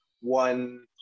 one